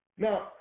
Now